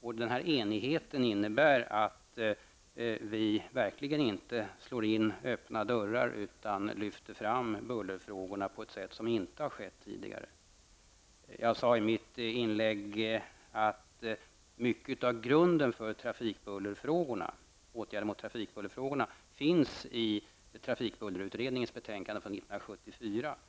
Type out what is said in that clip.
Denna enighet innebär att vi i utskottet verkligen inte slår in öppna dörrar, utan att vi i stället lyfter fram bullerfrågorna på ett sätt som inte har skett tidigare. Jag sade i mitt inlägg att mycket av grunden till åtgärder mot trafikbullret finns i trafikbullerutredningens betänkande från 1974.